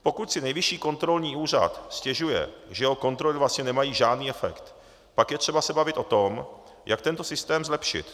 Pokud si Nejvyšší kontrolní úřad stěžuje, že jeho kontroly vlastně nemají žádný efekt, pak je třeba se bavit o tom, jak tento systém zlepšit.